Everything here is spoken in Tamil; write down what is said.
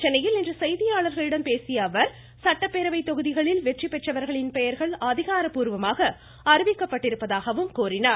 சென்னையில் இன்று செய்தியாளர்களிடம் பேசிய அவர் சட்டப்பேரவை வெந்நிபெந்றவர்களின் பெயர்கள் தொகுதிகளில் அதிகாரப்பூர்வமாக அறிவிக்கப்பட்டிருப்பதாகவும் கூறினார்